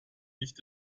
nicht